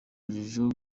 urujijo